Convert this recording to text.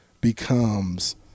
becomes